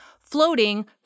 floating